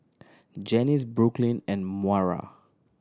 Janice Brooklyn and Moira